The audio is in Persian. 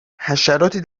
حشراتی